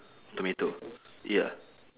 tomato ya